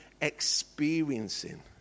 experiencing